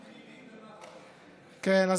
כן,